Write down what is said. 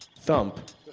thump